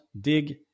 dig